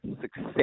success